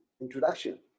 introduction